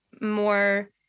more-